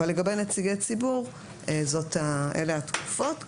אבל לגבי נציגי ציבור אלה התקופות.